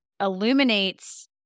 illuminates